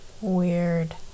Weird